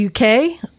UK